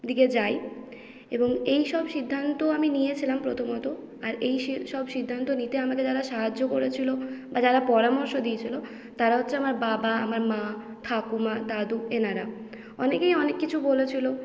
দিকে যাই এবং এইসব সিদ্ধান্ত আমি নিয়েছিলাম প্রথমত আর এই সে সব সিদ্ধান্ত নিতে আমাকে যারা সাহায্য করেছিল বা যারা পরামর্শ দিয়েছিল তারা হচ্ছে আমার বাবা আমার মা ঠাকুমা দাদু এঁরা অনেকেই অনেক কিছু বলেছিল